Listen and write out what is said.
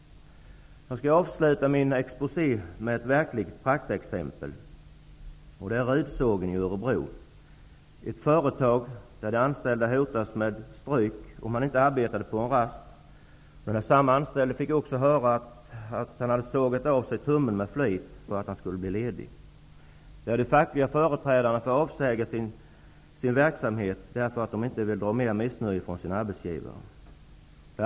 Jag skall avsluta min exposé med ett verkligt praktexempel, från företaget Rudsågen i Örebro. En anställd hotades med stryk om han inte arbetade på en rast. Samme person fick också höra att han hade sågat av sig tummen med flit för att bli ledig. De fackliga företrädarna får avsäga sig sina fackliga uppdrag för att inte dra på sig mer missnöje från sin arbetsgivare.